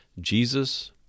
Jesus